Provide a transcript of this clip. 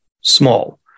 small